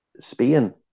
Spain